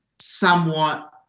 somewhat